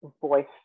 voice